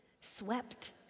swept